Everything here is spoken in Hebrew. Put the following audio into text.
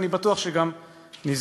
ואני בטוח שגם נזכה,